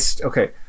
Okay